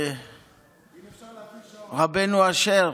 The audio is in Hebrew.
רבנו אשר,